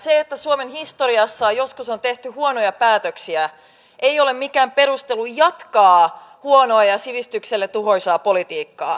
se että suomen historiassa joskus on tehty huonoja päätöksiä ei ole mikään perustelu jatkaa huonoa ja sivistykselle tuhoisaa politiikkaa